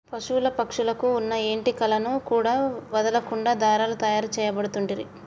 పశువుల పక్షుల కు వున్న ఏంటి కలను కూడా వదులకుండా దారాలు తాయారు చేయబడుతంటిరి